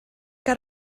que